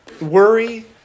worry